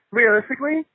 realistically